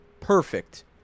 perfect